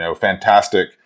fantastic